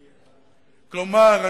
כלומר,